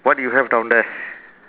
what you have down there